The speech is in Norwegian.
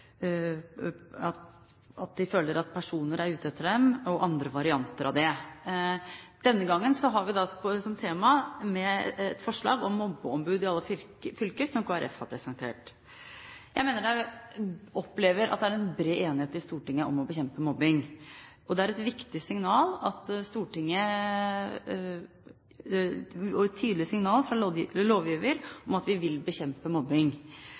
skolehverdag hvor de er preget av trakassering, uro, en følelse av at personer er ute etter dem, og andre varianter av det. Denne gangen har vi som tema et forslag om mobbeombud i alle fylker, som Kristelig Folkeparti har presentert. Jeg opplever at det er bred enighet i Stortinget om å bekjempe mobbing, og det er et viktig og tydelig signal fra Stortinget som lovgiver at vi vil bekjempe mobbing.